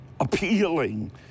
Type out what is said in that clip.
appealing